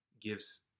gives